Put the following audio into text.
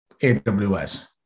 AWS